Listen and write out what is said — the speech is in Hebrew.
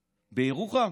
בירוחם?